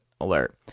alert